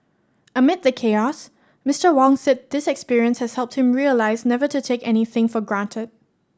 amid the chaos Mister Wong said this experience has helped him realize never to take anything for granted